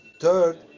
third